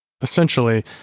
essentially